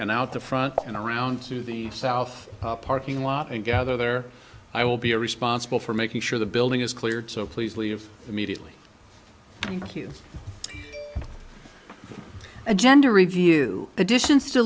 and out the front and around to the south parking lot and gather there i will be a responsible for making sure the building is cleared so please leave immediately thank you agenda review additions